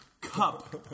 cup